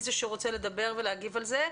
עפרה,